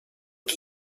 die